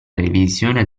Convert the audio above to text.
revisione